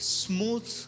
smooth